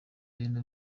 bintu